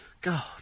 God